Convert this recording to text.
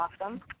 awesome